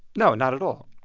no, not at all.